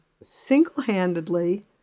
single-handedly